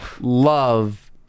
love